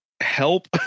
help